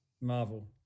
Marvel